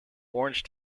orange